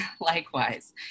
Likewise